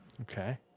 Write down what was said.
Okay